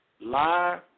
Lie